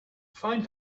find